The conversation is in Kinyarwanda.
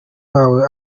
wawe